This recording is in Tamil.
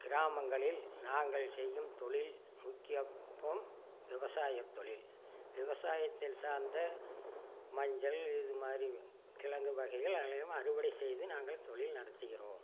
கிராமங்களில் நாங்கள் செய்யும் தொழில் முக்கிய விவசாயத் தொழில் விவசாயத்தில் சார்ந்த மஞ்சள் இது மாதிரி கிழங்கு வகைகளையும் அறுவடை செய்து நாங்கள் தொழில் நடத்துகிறோம்